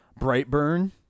Brightburn